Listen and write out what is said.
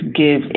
give